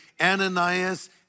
Ananias